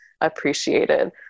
appreciated